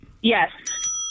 Yes